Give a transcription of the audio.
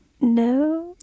No